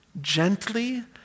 gently